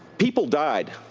people died,